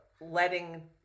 letting